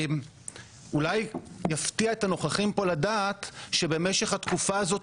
אולי יפתיע את הנוכחים פה לדעת שבמשך התקופה הזאת,